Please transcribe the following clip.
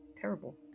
Terrible